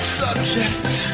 subject